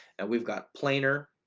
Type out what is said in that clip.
and we've got planer.